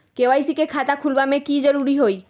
KYC के खाता खुलवा में की जरूरी होई?